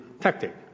tactic